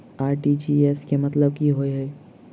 RTGS केँ मतलब की होइ हय?